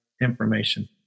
information